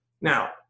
Now